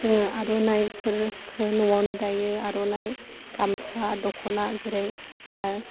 जोङो आर'नाइफोरखौ न'वावनो दायो आर'नाइ गामसा दख'ना जेरै दा